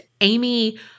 Amy